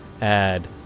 add